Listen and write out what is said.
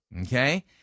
Okay